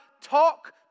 talk